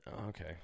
Okay